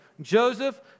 Joseph